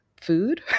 food